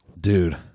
Dude